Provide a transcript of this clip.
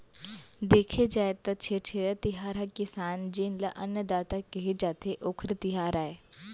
देखे जाए त छेरछेरा तिहार ह किसान जेन ल अन्नदाता केहे जाथे, ओखरे तिहार आय